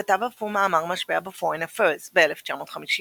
כתב אף הוא מאמר משפיע ב"פוריין אפיירס" ב-1950.